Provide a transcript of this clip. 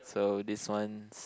so this one's